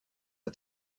are